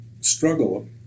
struggle